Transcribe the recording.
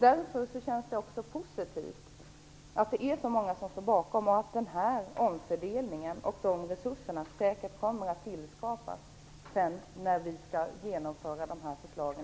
Därför känns det positivt att det är så många som står bakom förslagen här. Den här omfördelningen och de här resurserna kommer säkert att tillskapas när vi sedan i praktiken skall genomföra förslagen.